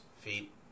feet